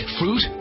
fruit